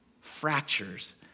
fractures